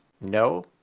No